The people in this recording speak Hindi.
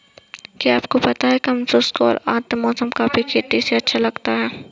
क्या आपको पता है कम शुष्क और आद्र मौसम कॉफ़ी की खेती के लिए अच्छा है?